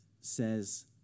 says